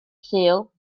sul